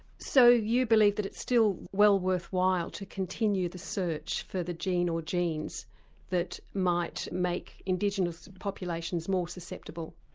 so you believe that it's still well worthwhile to continue the search for the gene or genes that might make indigenous populations more susceptible?